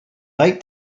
like